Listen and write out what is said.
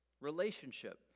relationship